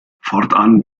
fortan